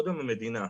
קודם המדינה,